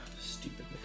Stupid